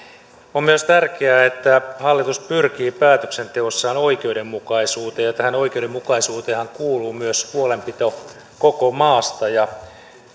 on myös tärkeää että hallitus pyrkii päätöksenteossaan oikeudenmukaisuuteen ja tähän oikeudenmukaisuuteenhan kuuluu myös huolenpito koko maasta